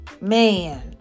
man